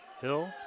Hill